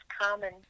common